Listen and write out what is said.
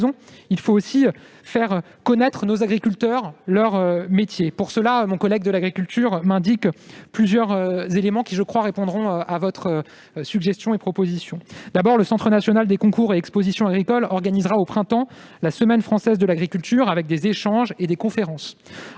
il faut aussi faire connaître nos agriculteurs et leur métier. C'est la raison pour laquelle mon collègue ministre de l'agriculture m'indique plusieurs éléments qui, je le crois, répondront à votre suggestion et proposition. D'abord, le Centre national des expositions et concours agricoles organisera au printemps prochain la semaine française de l'agriculture, avec des échanges et des conférences.